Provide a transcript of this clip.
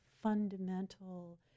fundamental